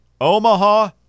Omaha